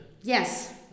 Yes